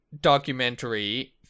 documentary